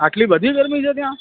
આટલી બધી ગરમી છે ત્યાં